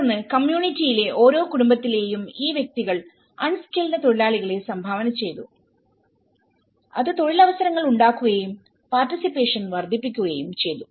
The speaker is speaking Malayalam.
തുടർന്ന് കമ്മ്യൂണിറ്റിയിലെ ഓരോ കുടുംബത്തിലെയും ഈ വ്യക്തികൾ അൺ സ്കിൽഡ് തൊഴിലാളികളെ സംഭാവന ചെയ്തു അത് തോഴിലവസരങ്ങൾ ഉണ്ടാക്കുകയും പാർട്ടിസിപ്പേഷൻ വർദ്ധിപ്പിക്കുകയും ചെയ്തു